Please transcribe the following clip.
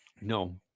No